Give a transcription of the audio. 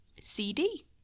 cd